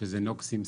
שזה נוקסים,